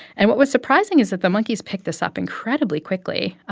and what was surprising is that the monkeys picked this up incredibly quickly.